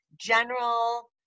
general